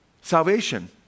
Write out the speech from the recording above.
salvation